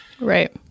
Right